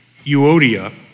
Euodia